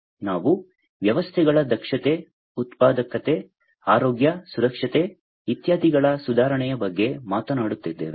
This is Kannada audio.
ನಾವು ವ್ಯವಸ್ಥೆಗಳ ದಕ್ಷತೆ ಉತ್ಪಾದಕತೆ ಆರೋಗ್ಯ ಸುರಕ್ಷತೆ ಇತ್ಯಾದಿಗಳ ಸುಧಾರಣೆಯ ಬಗ್ಗೆ ಮಾತನಾಡುತ್ತಿದ್ದೇವೆ